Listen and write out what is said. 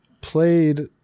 played